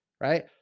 right